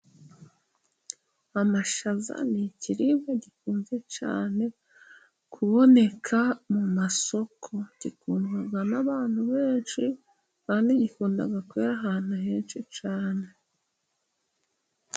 Amashaza ni ikiribwa gikunze cyane kuboneka mu masoko, gikundwa n'abantu benshi, kandi gikunda kwera ahantu henshi cyane.